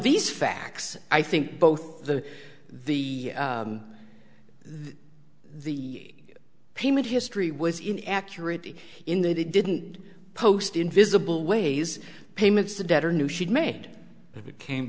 these facts i think both the the the the payment history was in accurate in that it didn't post invisible ways payments the debtor knew she'd made if it came